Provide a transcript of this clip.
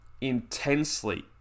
intensely